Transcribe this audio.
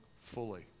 fully